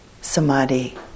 samadhi